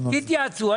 תתייעצו.